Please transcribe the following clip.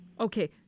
Okay